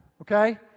Okay